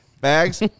Bags